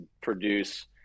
produce